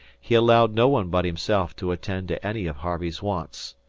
he allowed no one but himself to attend to any of harvey's wants.